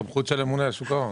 זה בסמכות הממונה על שוק ההון.